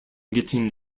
getting